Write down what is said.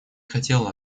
хотела